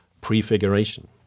prefiguration